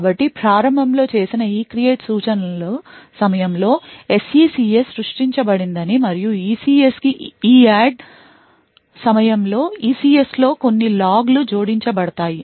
కాబట్టి ప్రారంభంలో చేసిన ECREATE సూచనల సమయంలో SECS సృష్టించబడిందని మరియు ECS కి EADD సమయంలో ECS లో కొన్ని లాగ్లు జోడించబడతాయి